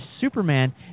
Superman